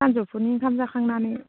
सानजौफुनि ओंखाम जाखांनानै